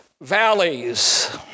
valleys